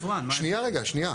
שנייה רגע, שנייה.